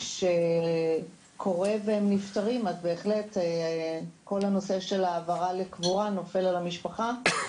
כשחולה נפטר אז ההעברה לקבורה נופלת על המשפחה.